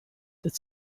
that